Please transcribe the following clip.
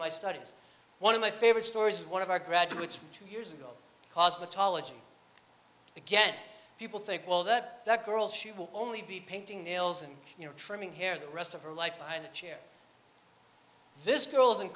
my studies one of my favorite stories one of our graduates two years ago cosmetology again people think well that that girl she will only be painting nails and you know trimming hair the rest of her life behind the chair this girl's in